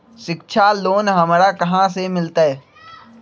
शिक्षा लोन हमरा कहाँ से मिलतै?